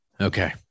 Okay